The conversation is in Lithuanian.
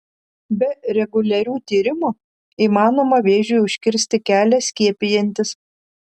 be reguliarių tyrimų įmanoma vėžiui užkirsti kelią skiepijantis